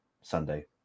Sunday